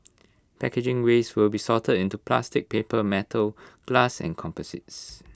packaging waste will be sorted into plastic paper metal glass and composites